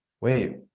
wait